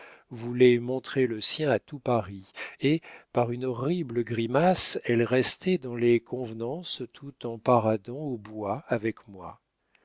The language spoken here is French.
voulait montrer le sien à tout paris et par une horrible grimace elle restait dans les convenances tout en paradant au bois avec moi